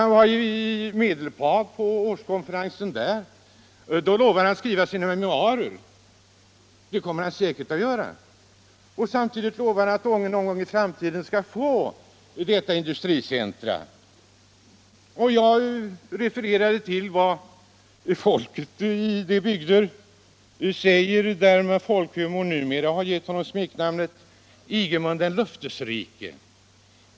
Och när han var på årskonferensen i Medelpad lovade han att skriva sina memoarer. Det kommer han säkert att göra. Samtidigt lovade han att Ånge någon gång i framtiden skall få sitt industricenter. Jag refererade också till vad folket i bygderna där uppe nu säger. Folkhumorn har nu givit honom smeknamnet ”Ingemund den löftesrike”.